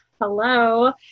Hello